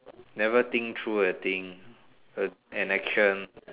never think through the thing the an action